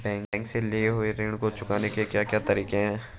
Bank से लिए हुए ऋण को चुकाने के क्या क्या तरीके हैं?